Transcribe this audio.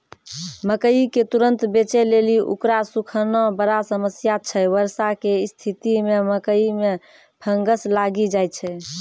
मकई के तुरन्त बेचे लेली उकरा सुखाना बड़ा समस्या छैय वर्षा के स्तिथि मे मकई मे फंगस लागि जाय छैय?